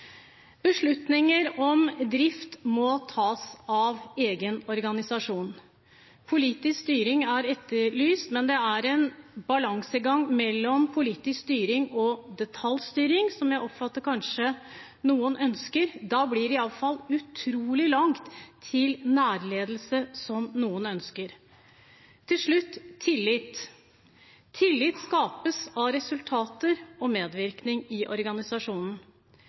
Beslutninger om drift må tas av egen organisasjon. Politisk styring er etterlyst, men det er en balansegang mellom politisk styring og detaljstyring, som jeg oppfatter at kanskje noen ønsker. Da blir det iallfall utrolig langt til nærledelse, som noen ønsker. Til slutt: tillit. Tillit skapes av resultater og medvirkning i organisasjonen.